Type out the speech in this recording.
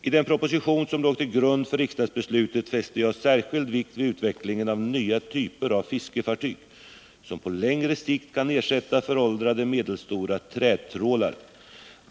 I den proposition som låg till grund för riksdagsbeslutet fäste jag särskild vikt vid utvecklingen av nya typer av fiskefartyg, som på längre sikt kan ersätta föråldrade, medelstora trätrålare.